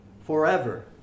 forever